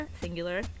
singular